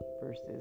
versus